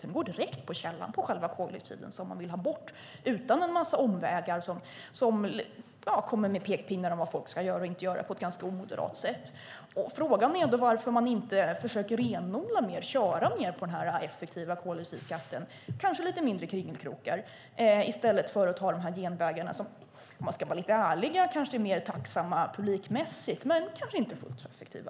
Den går direkt på källan, på själva koldioxiden som man vill ha bort, utan en massa omvägar som innehåller pekpinnar om vad folk ska göra och inte göra på ett ganska omoderat sätt. Frågan är varför man inte försöker köra mer på den effektiva koldioxidskatten och göra lite färre kringelkrokar i stället för att ta genvägar som, om man ska vara ärlig, kanske är lite mer tacksamma publikmässigt men inte fullt så effektiva.